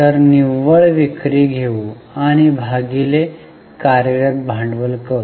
तर निव्वळ विक्री घेऊ आणि भागिले कार्यरत भांडवल करू